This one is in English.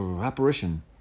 apparition